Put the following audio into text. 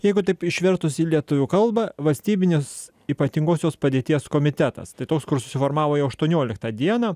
jeigu taip išvertus į lietuvių kalbą valstybinis ypatingosios padėties komitetas tai tos kur susiformavo jau aštuonioliktą dieną